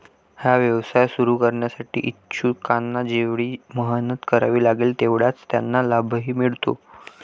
हा व्यवसाय सुरू करण्यासाठी इच्छुकांना जेवढी मेहनत करावी लागते तेवढाच त्यांना लाभही मिळतो